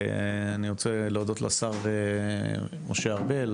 אני רוצה להודות לשר משה ארבל,